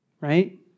right